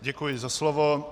Děkuji za slovo.